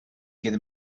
gave